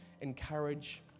encourage